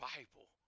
Bible